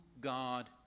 God